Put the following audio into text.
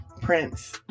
Prince